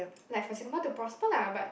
like for Singapore to prosper lah but